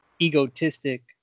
egotistic